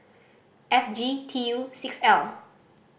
F G T U six L